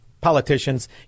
politicians